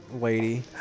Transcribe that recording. lady